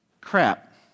crap